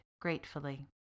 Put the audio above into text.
gratefully